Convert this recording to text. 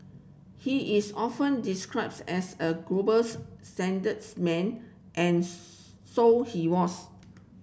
he is often described as a globals statesman and so he was